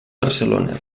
barcelona